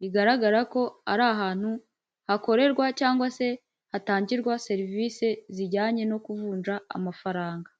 bigaragara ko ari ahantu hakorerwa cyangwa se hatangirwa serivisi zijyanye no kuvunja amafaranga.